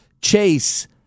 Chase